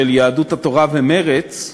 של יהדות התורה ומרצ,